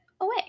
away